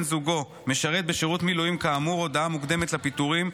זוגו משרת בשירות מילואים כאמור הודעה מוקדמת לפיטורים,